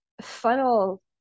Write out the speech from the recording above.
funnel